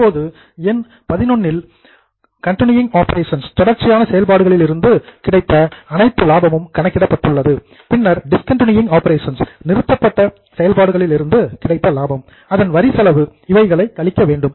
இப்போது எண் XI இல் கண்டினுயிங் ஆப்பரேஷன்ஸ் தொடர்ச்சியான செயல்பாடுகளிலிருந்து கிடைத்த அனைத்து லாபமும் கணக்கிடப்பட்டுள்ளது பின்னர் டிஸ்கண்டினுயிங் ஆப்பரேஷன்ஸ் நிறுத்தப்பட்ட செயல்பாடுகளிலிருந்து கிடைத்த லாபம் அதன் வரி செலவு இவைகளை கழிக்க வேண்டும்